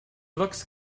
looks